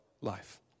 life